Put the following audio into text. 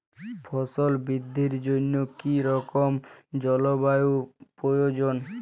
ফসল বৃদ্ধির জন্য কী রকম জলবায়ু প্রয়োজন?